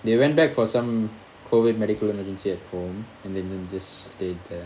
they went back for some COVID medical emergency at home and then they just stayed there